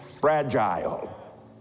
fragile